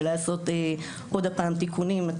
ולעשות עוד הפעם תיקונים.